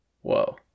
Whoa